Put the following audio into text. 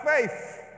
faith